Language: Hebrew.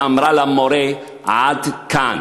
שאמרה למורה: עד כאן.